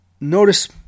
Notice